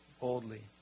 boldly